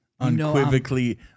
Unquivocally